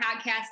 podcast